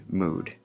mood